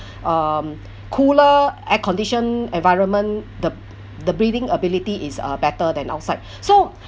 um cooler air conditioned environment the the breathing ability is uh better than outside so